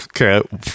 Okay